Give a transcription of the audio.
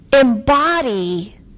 embody